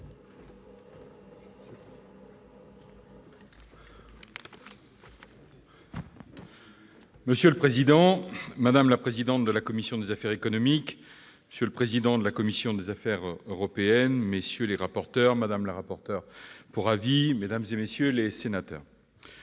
Monsieur le président, madame la présidente de la commission des affaires économiques, monsieur le président de la commission des affaires européennes, messieurs les rapporteurs, madame la rapporteur pour avis, mesdames, messieurs les sénateurs,